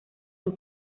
sus